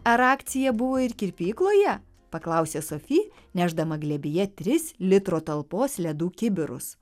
ar akcija buvo ir kirpykloje paklausė sofi nešdama glėbyje tris litro talpos ledų kibirus